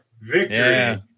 Victory